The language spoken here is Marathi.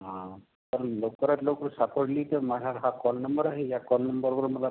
हां पण लवकरात लवकर सापडली तर माझ्या हा कॉल नंबर आहे ह्या कॉल नंबरवर मला